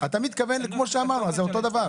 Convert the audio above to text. אתה מתכוון למה שאמרנו, זה אותו דבר.